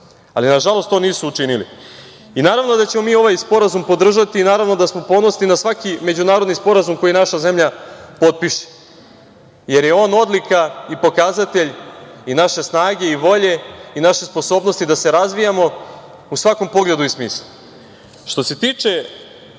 ali na žalost to nisu učinili. I naravno, da ćemo mi ovaj sporazum podržati, i naravno da smo ponosni na svaki međunarodni sporazum koji naša zemlja potpiše, jer je on odlika i pokazatelj i naše snage i volje i naše sposobnosti, da se razvijamo u svakom pogledu i smislu. Što se tiče